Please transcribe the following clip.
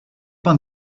pain